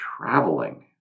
traveling